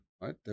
right